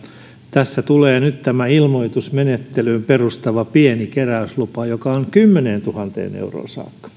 tässä tulee nyt tämä ilmoitusmenettelyyn perustuva pieni keräyslupa joka on kymmeneentuhanteen euroon saakka